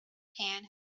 pan